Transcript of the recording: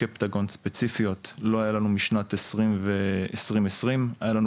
קפטגון ספציפיות לא היה לנו משנת 2020. היה לנו